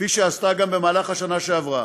כפי שעשתה גם בשנה שעברה,